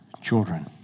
Children